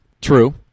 True